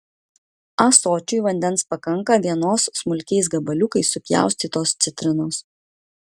ąsočiui vandens pakanka vienos smulkiais gabaliukais supjaustytos citrinos